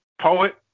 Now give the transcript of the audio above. Poet